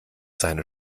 seine